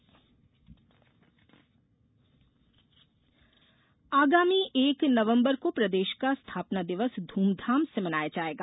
स्थपना दिवस आगामी एक नवम्बर को प्रदेश का स्थापना दिवस ध्रमधाम से मनाया जायेगा